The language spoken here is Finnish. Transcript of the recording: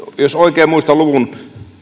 jos oikein muistan luvun